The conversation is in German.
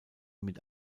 mit